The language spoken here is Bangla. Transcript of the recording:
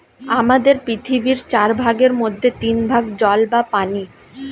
আমাদের পৃথিবীর চার ভাগের মধ্যে তিন ভাগ জল বা পানি